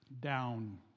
down